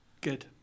Good